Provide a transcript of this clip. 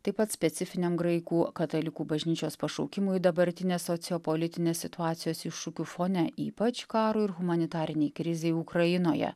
taip pat specifiniam graikų katalikų bažnyčios pašaukimui dabartinės sociopolitinės situacijos iššūkių fone ypač karui ir humanitarinei krizei ukrainoje